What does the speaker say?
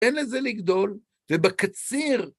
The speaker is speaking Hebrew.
תן לזה לגדול, ובקציר